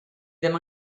ddim